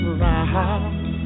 round